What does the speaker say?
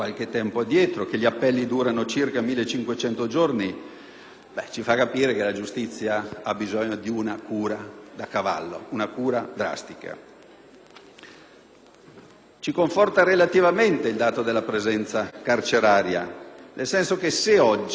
ci fanno capire che la giustizia ha bisogno di una cura da cavallo, una cura drastica. Ci conforta relativamente il dato sulla presenza carceraria, nel senso che se oggi, a distanza di meno di un anno e mezzo